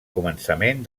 començament